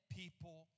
people